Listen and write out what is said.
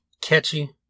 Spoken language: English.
catchy